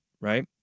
right